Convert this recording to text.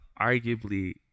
arguably